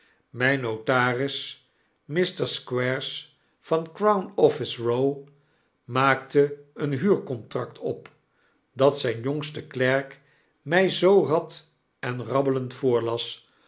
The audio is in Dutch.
myn notaris mr squares van crown office e o w maakte een huurcontract op dat zyn jongste klerk mij zoo rad en rabbelend voorlas